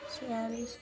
sarees